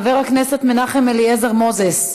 חבר הכנסת מנחם אליעזר מוזס,